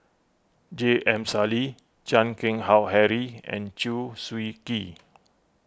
J M Sali Chan Keng Howe Harry and Chew Swee Kee